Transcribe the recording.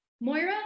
Moira